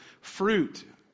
fruit